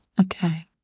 Okay